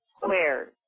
squares